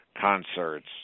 concerts